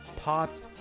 popped